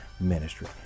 ministry